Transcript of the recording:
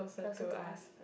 person to ask